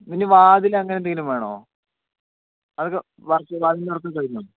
ഇനി വാതിൽ അങ്ങനെ എന്തെങ്കിലും വേണോ അതൊക്കെ വർക്ക് വാതിലിൻ്റെ വർക്കൊക്കെ കഴിഞ്ഞോ